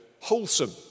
wholesome